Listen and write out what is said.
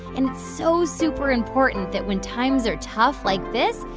and it's so super important that, when times are tough like this,